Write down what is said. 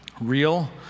real